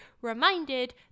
reminded